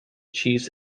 chiefs